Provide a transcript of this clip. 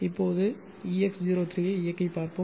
இப்போது Ex03 ஐ இயக்கி பார்ப்போம்